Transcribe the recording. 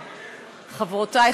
חברותי,